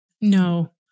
No